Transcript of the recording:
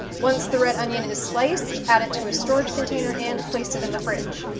once the red onion is sliced, add it to a storage container and place it in the fridge.